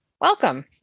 Welcome